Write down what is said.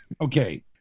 Okay